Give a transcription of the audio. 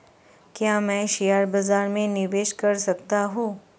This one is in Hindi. क्या मैं शेयर बाज़ार में निवेश कर सकता हूँ?